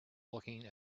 looking